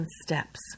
steps